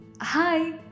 Hi